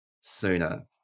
sooner